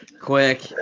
quick